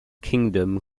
kingdom